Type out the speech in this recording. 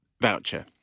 voucher